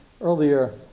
earlier